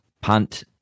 punt